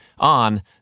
On